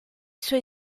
suoi